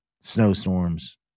snowstorms